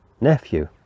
nephew